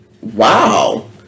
wow